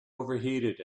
overheated